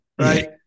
Right